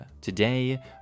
Today